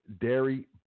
dairy